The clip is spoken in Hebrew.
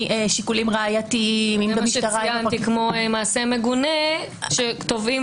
משיקולים ראייתיים- -- זה מה שציינתי כמו מעשה מגונה שתובעים